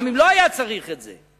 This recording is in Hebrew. גם אם לא היה צריך את זה.